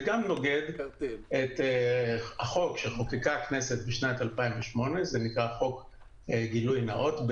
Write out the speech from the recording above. זה גם נוגד את החוק שחוקקה הכנסת בשנת 2008 - חוק גילוי נאות.